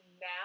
now